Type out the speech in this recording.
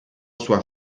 sua